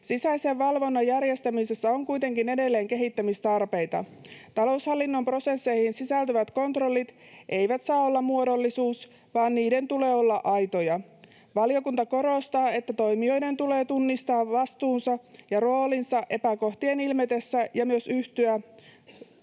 Sisäisen valvonnan järjestämisessä on kuitenkin edelleen kehittämistarpeita. Taloushallinnon prosesseihin sisältyvät kontrollit eivät saa olla muodollisuus, vaan niiden tulee olla aitoja. Valiokunta korostaa, että toimijoiden tulee tunnistaa vastuunsa ja roolinsa epäkohtien ilmetessä ja myös ryhtyä